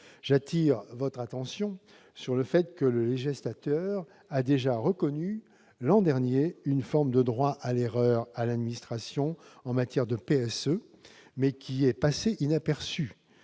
J'attire votre attention sur le fait que le législateur a déjà reconnu l'an dernier une forme de droit à l'erreur à l'administration en matière de plan de sauvegarde